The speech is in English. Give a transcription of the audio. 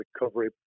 recovery